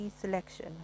selection